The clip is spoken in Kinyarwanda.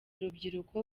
rubyiruko